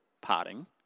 parting